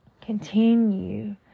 continue